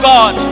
God